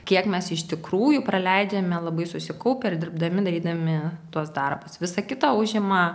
kiek mes iš tikrųjų praleidžiame labai susikaupę ir dirbdami darydami tuos darbus visą kitą užima